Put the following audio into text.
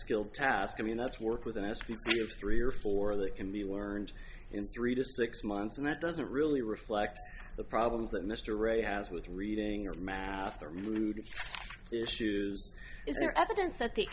skilled task i mean that's work with an s p three or four that can be learned in three to six months and that doesn't really reflect the problems that mr ray has with reading or math or mood issues is there evidence that the